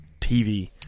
TV